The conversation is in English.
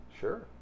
Sure